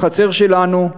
בחצר שלנו,